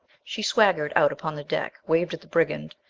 she swaggered out upon the deck, waved at the brigand,